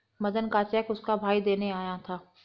मदन का चेक उसका भाई देने आया था